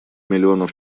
миллионов